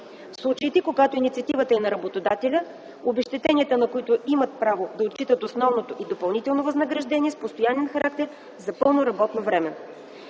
В случаите, когато инициативата е на работодателя, обезщетенията, на които има право, ще отчитат основното и допълнителните възнаграждения с постоянен характер за пълно работно време.